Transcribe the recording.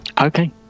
okay